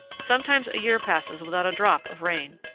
sometimes a year passes without a drop of rain.